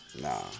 nah